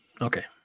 Okay